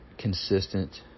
consistent